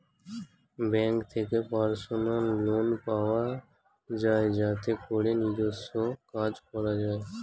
bank থেকে personal loan পাওয়া যায় যাতে করে নিজস্ব কাজ করা যায়